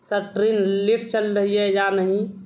سر train late چل رہی ہے یا نہیں